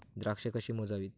द्राक्षे कशी मोजावीत?